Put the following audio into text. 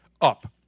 up